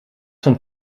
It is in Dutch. zijn